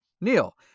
Neil